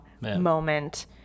moment